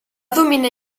dominar